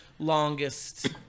longest